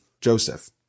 joseph